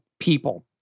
people